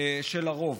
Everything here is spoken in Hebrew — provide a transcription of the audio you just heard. של הרוב.